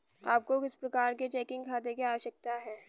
आपको किस प्रकार के चेकिंग खाते की आवश्यकता है?